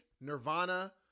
Nirvana